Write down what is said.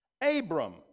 Abram